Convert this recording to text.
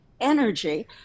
Energy